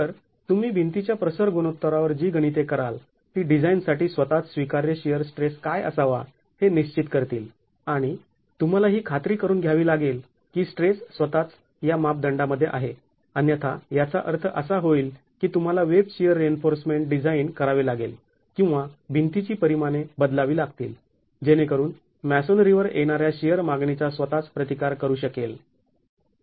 तर तुम्ही भिंतीच्या प्रसर गुणोत्तरावर जी गणिते कराल ती डिझाईन साठी स्वतःच स्वीकार्य शिअर स्ट्रेस काय असावा हे निश्चित करतील आणि तुम्हाला ही खात्री करून घ्यावी लागेल की स्ट्रेस स्वतःच या मापदंडामध्ये आहे अन्यथा याचा अर्थ असा होईल की तुम्हाला वेब शिअर रिइन्फोर्समेंट डिझाईन करावे लागेल किंवा भिंतीची परिमाणे बदलावी लागतील जेणेकरून मॅसोनरीवर येणाऱ्या शिअर मागणीचा स्वतःच प्रतिकार करू शकेल